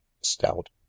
stout